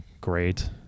great